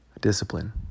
discipline